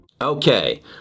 Okay